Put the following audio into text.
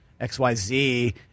xyz